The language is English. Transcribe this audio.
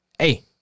Hey